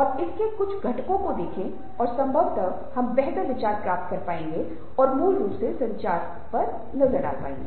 और इसके कुछ घटकों को देखें और संभवतः एक बेहतर विचार प्राप्त करेंगे और मूल रूप से संचार के लिए सहमत होंगे